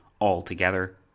altogether